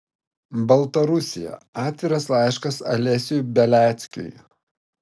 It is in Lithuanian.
baltarusija atviras laiškas alesiui beliackiui